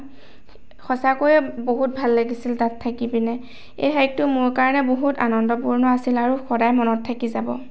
সঁচাকৈয়ে বহুত ভাল লাগিছিল তাত থাকিপিনে এই হাইকটো মোৰ কাৰণে বহুত আনন্দপূৰ্ণ আছিল আৰু সদায়ে মনত থাকি যাব